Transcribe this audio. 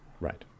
Right